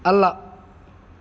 ಅಲ್ಲ